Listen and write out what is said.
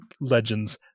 legends